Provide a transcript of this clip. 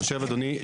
אני חושב שאדוני,